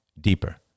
deeper—